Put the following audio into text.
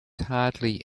hardly